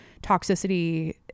toxicity